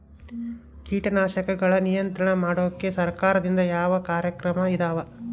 ಕೇಟನಾಶಕಗಳ ನಿಯಂತ್ರಣ ಮಾಡೋಕೆ ಸರಕಾರದಿಂದ ಯಾವ ಕಾರ್ಯಕ್ರಮ ಇದಾವ?